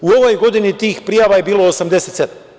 U ovoj godini tih prijava je bilo 87.